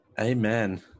Amen